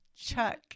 Chuck